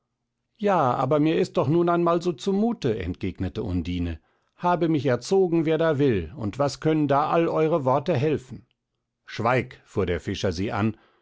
ja aber mir ist doch nun einmal so zumute entgegnete undine habe mich erzogen wer da will und was können da all eure worte helfen schweig fuhr der fischer sie an